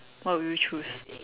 what will you choose